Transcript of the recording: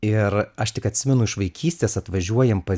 ir aš tik atsimenu iš vaikystės atvažiuojam pas